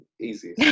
Easy